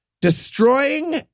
Destroying